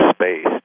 space